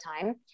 time